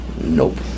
Nope